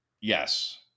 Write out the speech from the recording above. Yes